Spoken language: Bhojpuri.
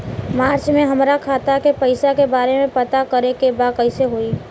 मार्च में हमरा खाता के पैसा के बारे में पता करे के बा कइसे होई?